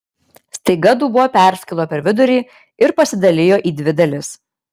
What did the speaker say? staiga dubuo perskilo per vidurį ir pasidalijo į dvi dalis